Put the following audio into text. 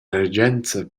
regenza